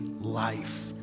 life